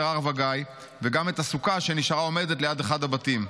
הר וגיא וגם את הסוכה שנשארה עומדת ליד אחד הבתים.